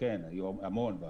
כן, היו המון ועדות.